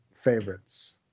favorites